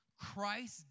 Christ